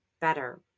better